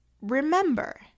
Remember